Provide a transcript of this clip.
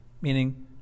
meaning